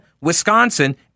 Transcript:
Wisconsin